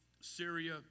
Syria